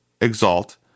exalt